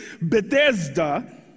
Bethesda